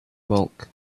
bulk